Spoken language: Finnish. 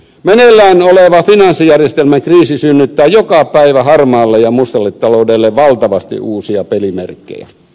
meneillään oleva finanssijärjestelmän kriisi synnyttää joka päivä harmaalle ja mustalle taloudelle valtavasti uusia pelimerkkejä